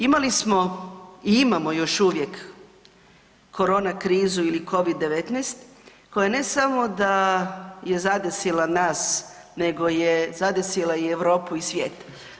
Imali smo i imamo još uvijek korona krizu ili Covid-19 koja ne samo da je zadesila nas nego je zadesila i Europu i svijet.